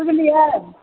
बुझलियै